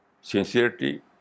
sincerity